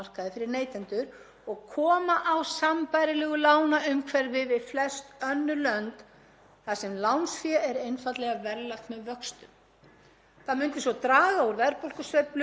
Það myndi svo draga úr verðbólgusveiflum og skapa þannig forsendur fyrir lægri vöxtum en ella, neytendum til hagsbóta. Ég bara skil ekki